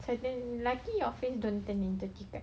sahaja luckily your face don't turn into chicken